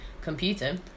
computer